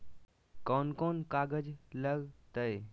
कौन कौन कागज लग तय?